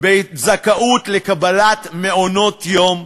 בזכאות לקבלת מעונות-יום,